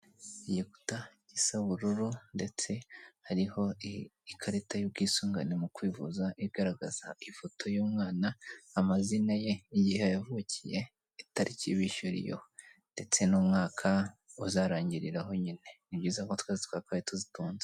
Igikuta gisabururu ndetse hariho ikarita y'ubwisungane mu kwivuza igaragaza ifoto y'umwana, amazina ye, igihe yavukiye itariki bishyuriyeho, ndetse n'umwaka uzarangiriraho nyine, ni byiza ko twese twakabaye tuzitunze.